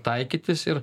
taikytis ir